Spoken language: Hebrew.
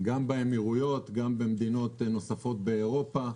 גם באמירויות וגם במדינות נוספות באירופה.